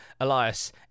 elias